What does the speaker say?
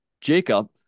Jacob